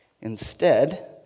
Instead